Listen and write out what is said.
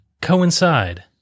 coincide